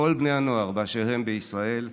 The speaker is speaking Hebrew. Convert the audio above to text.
כל בני הנוער באשר הם בישראל,